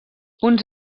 uns